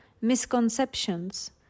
misconceptions